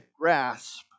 grasp